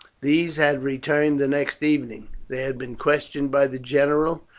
these had returned the next evening. they had been questioned by the general,